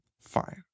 Fine